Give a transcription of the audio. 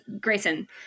Grayson